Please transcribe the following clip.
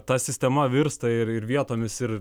ta sistema virsta ir vietomis ir